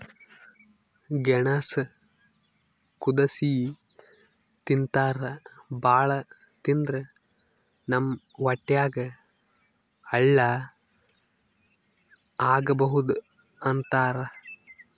ಗೆಣಸ್ ಕುದಸಿ ತಿಂತಾರ್ ಭಾಳ್ ತಿಂದ್ರ್ ನಮ್ ಹೊಟ್ಯಾಗ್ ಹಳ್ಳಾ ಆಗಬಹುದ್ ಅಂತಾರ್